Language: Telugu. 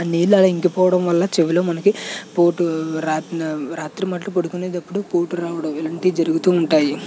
ఆ నీళ్లు అలా ఇంకిపోవడం వల్ల చెవిలో మనకి పోటు రాత్రి రాత్రి మాత్రం పడుకునేటప్పుడు పోటు రావడం ఇలాంటివి జరుగుతూ ఉంటాయి